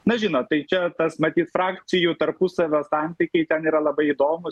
na žinot tai čia tas matyt frakcijų tarpusavio santykiai ten yra labai įdomūs